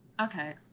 Okay